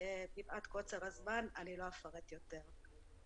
מפאת קוצר הזמן, אני לא אפרט יותר.